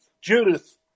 Judith